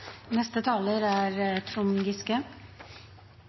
neste talar då er